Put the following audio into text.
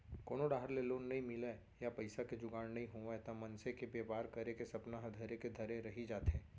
कोनो डाहर ले लोन नइ मिलय या पइसा के जुगाड़ नइ होवय त मनसे के बेपार करे के सपना ह धरे के धरे रही जाथे